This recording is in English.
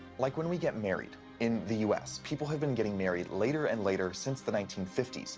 like, when we get married in the u s, people have been getting married later and later since the nineteen fifty s.